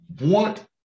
want